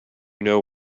know